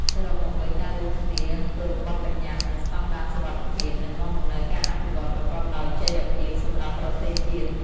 សរុបមកវិញ ការរួមគ្នាគោរពបទប្បញ្ញត្តិ និងស្តង់ដារសុវត្ថិភាព នឹងនាំមកនូវការអភិវឌ្ឍប្រកបដោយចីរភាពសម្រាប់ប្រទេសជាតិ។